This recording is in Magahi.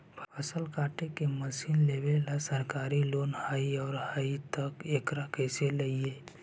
फसल काटे के मशीन लेबेला सरकारी लोन हई और हई त एकरा कैसे लियै?